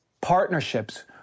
partnerships